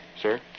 Sir